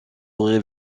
aurait